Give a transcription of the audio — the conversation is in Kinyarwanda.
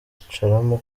kwicaramo